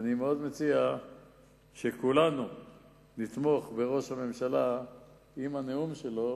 ואני מציע שכולנו נתמוך בראש הממשלה אם הנאום שלו